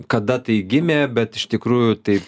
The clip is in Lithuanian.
kada tai gimė bet iš tikrųjų tai